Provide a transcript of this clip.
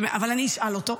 אבל אני אשאל אותו.